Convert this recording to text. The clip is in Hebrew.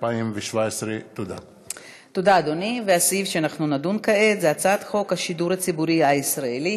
באפריל 2017 / 23 חוברת כ"ג ישיבה רכ"ג כנס מיוחד הישיבה